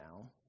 now